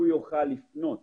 הוא יוכל לפנות